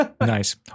Nice